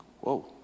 Whoa